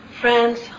Friends